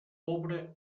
pobre